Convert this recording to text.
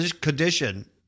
condition